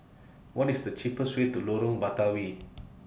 What IS The cheapest Way to Lorong Batawi